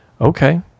Okay